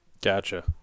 gotcha